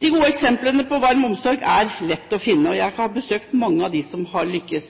De gode eksemplene på varm omsorg er lette å finne, og jeg har besøkt mange av dem som har lyktes.